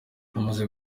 amaze